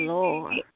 Lord